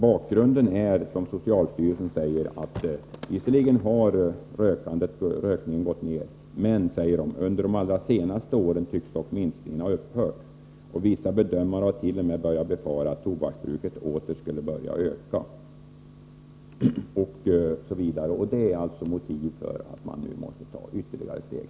Bakgrunden är, som socialstyrelsen säger, att rökningen visserligen har gått ned, men ”under de allra senaste åren tycks dock minskningen ha upphört, och vissa bedömare har börjat befara att tobaksbruket åter skulle börja öka”. Det är motivet till att man nu måste ta ytterligare steg.